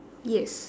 yes